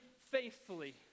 faithfully